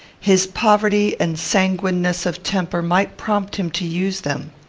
his poverty and sanguineness of temper might prompt him to use them.